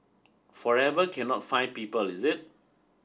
forever cannot find people is it